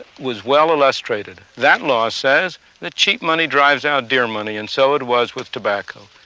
was well-illustrated. that law says that cheap money drives out dear money, and so it was with tobacco.